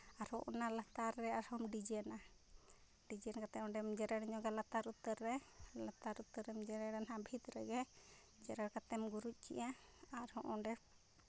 ᱟᱨᱦᱚᱸ ᱚᱱᱟ ᱞᱟᱛᱟᱨ ᱨᱮ ᱟᱨᱦᱚᱸᱢ ᱰᱤᱡᱟᱭᱤᱱᱟ ᱰᱤᱡᱟᱭᱤᱱ ᱠᱟᱛᱮᱫ ᱚᱸᱰᱮᱢ ᱡᱮᱨᱮᱲ ᱧᱚᱜᱟ ᱞᱟᱛᱟᱨ ᱩᱛᱟᱹᱨ ᱨᱮ ᱞᱟᱛᱟᱨ ᱩᱠᱛᱟᱹᱨ ᱨᱮᱢ ᱡᱮᱨᱮᱲᱟ ᱦᱟᱸᱜ ᱵᱷᱤᱛ ᱨᱮᱜᱮ ᱡᱮᱨᱮᱲ ᱠᱟᱛᱮᱢ ᱜᱩᱨᱤᱡᱽ ᱠᱮᱜᱼᱟ ᱟᱨ ᱦᱚᱸᱜᱼᱚᱸᱰᱮ